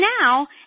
now